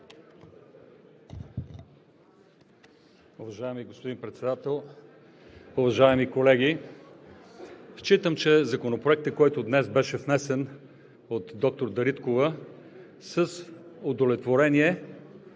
Уважаеми господин Председател, уважаеми колеги! Считам, че Законопроектът, който беше внесен днес от доктор Дариткова, с удовлетворение